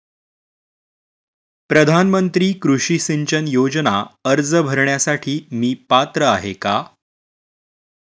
प्रधानमंत्री कृषी सिंचन योजना अर्ज भरण्यासाठी मी पात्र आहे का?